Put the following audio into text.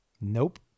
Nope